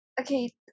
Okay